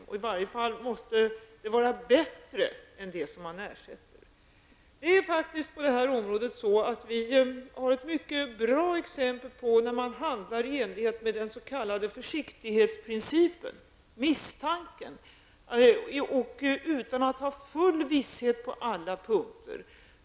I varje fall måste det vara bättre ämnen än de som ersätts. Det här området är faktiskt ett bra exempel på hur man handlar i enlighet med den s.k. försiktighetsprincipen, misstanken, utan att ha full visshet på alla punkter.